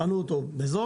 קנו אותו בזול,